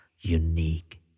unique